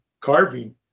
carving